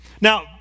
Now